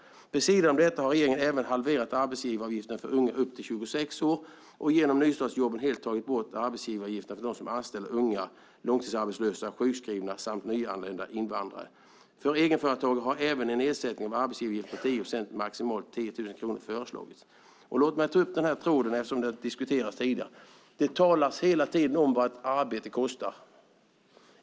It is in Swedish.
Vid sidan av detta har regeringen även halverat arbetsgivaravgiften för unga upp till 26 år och genom nystartsjobben helt tagit bort arbetsgivaravgifterna för dem som anställer unga, långtidsarbetslösa, sjukskrivna samt nyanlända invandrare. För egenföretagare har även en nedsättning av arbetsgivaravgiften på 10 procent och maximalt 10 000 kronor föreslagits. Låt mig ta upp den här tråden eftersom detta har diskuterats tidigare. Det talas hela tiden om vad ett arbete kostar.